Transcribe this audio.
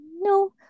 No